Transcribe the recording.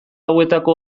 hauetako